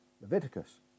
Leviticus